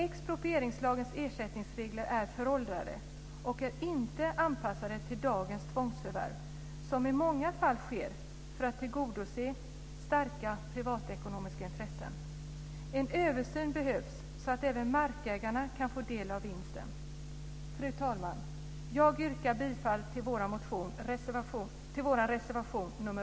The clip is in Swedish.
Exproprieringslagens ersättningsregler är föråldrade och inte anpassade till dagens tvångsförvärv som i många fall sker för att tillgodose starka privatekonomiska intressen. En översyn behövs, så att även markägarna kan få del av vinsten. Fru talman! Jag yrkar bifall till vår reservation nr